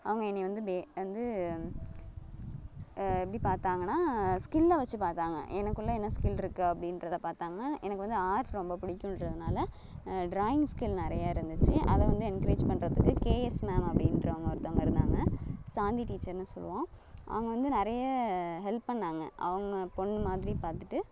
அவங்க என்னை வந்து பே வந்து எப்படி பார்த்தாங்கனா ஸ்கிலில் வச்சு பார்த்தாங்க எனக்குள்ளே என்ன ஸ்கில் இருக்குது அப்படீன்றத பார்த்தாங்க எனக்கு வந்து ஆர்ட் ரொம்ப பிடிக்குன்றதுனால ட்ராயிங் ஸ்கில் நிறைய இருந்துச்சு அதை வந்து என்க்ரேஜ் பண்ணுறதுக்கு கே எஸ் மேம் அப்படீன்றவங்க ஒருத்தங்க இருந்தாங்க சாந்தி டீச்சர்னு சொல்லுவோம் அவங்க வந்து நிறைய ஹெல்ப் பண்ணாங்க அவங்க பொண்ணு மாதிரி பார்த்துட்டு